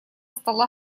стола